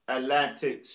Atlantic